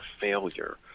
failure